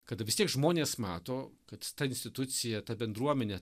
kada vis tiek žmonės mato kad ta institucija ta bendruomenė